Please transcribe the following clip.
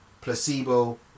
Placebo